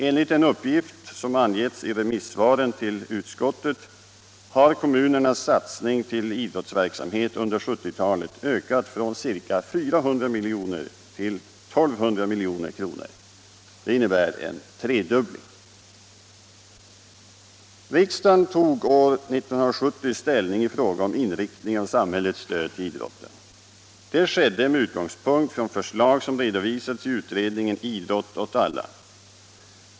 Enligt en uppgift som angetts i remissvaren till utskottet har kommunernas sSatsning på idrottsverksamhet under 1970-talet ökat från ca 400 milj.kr. till 1 200 milj.kr. Det innebär en tredubbling. Riksdagen tog år 1970 ställning i frågan om inriktningen av samhällets stöd till idrotten. Det skedde med utgångspunkt i förslag som redovisats i utredningen Idrott år alla.